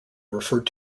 referred